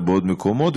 אלא בעוד מקומות,